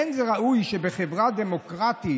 אין זה ראוי שבחברה דמוקרטית